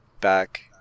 back